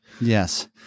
Yes